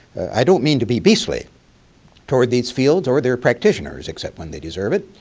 i don't mean to be beastly toward these fields or their practitioners except when they deserve it.